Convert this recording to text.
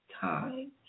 time